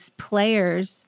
players